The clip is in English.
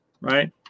right